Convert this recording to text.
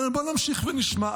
אבל בוא נמשיך ונשמע.